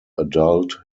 adult